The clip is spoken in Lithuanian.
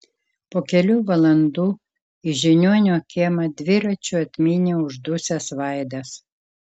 po kelių valandų į žiniuonio kiemą dviračiu atmynė uždusęs vaidas